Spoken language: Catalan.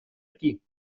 aquí